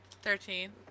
Thirteen